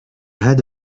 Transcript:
had